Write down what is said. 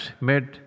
made